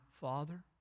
Father